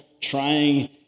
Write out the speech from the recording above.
trying